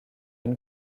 une